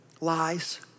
lies